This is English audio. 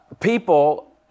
People